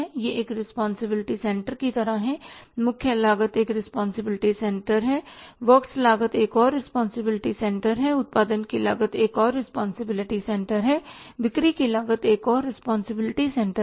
यह एक responsibility centre की तरह है मुख्य लागत एक रिस्पांसिबिलिटी सेंटर है वर्क्स लागत एक और रिस्पांसिबिलिटी सेंटर है उत्पादन की लागत एक और रिस्पांसिबिलिटी सेंटर है बिक्री की लागत एक और रिस्पांसिबिलिटी सेंटर है